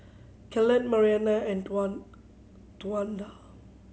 Kellan Marianna and Towanda